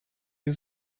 you